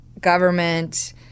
government